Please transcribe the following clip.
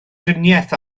driniaeth